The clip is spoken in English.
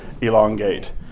elongate